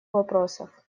вопросов